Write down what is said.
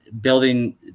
building